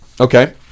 Okay